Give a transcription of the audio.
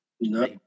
no